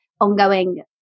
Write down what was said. ongoing